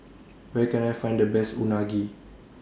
Where Can I Find The Best Unagi